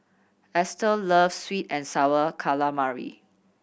Estell loves sweet and Sour Calamari